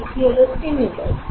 এটি হলো স্টিমিউলাস